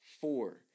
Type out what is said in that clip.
four